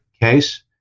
case